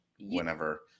whenever